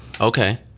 okay